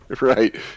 right